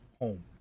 home